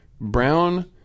brown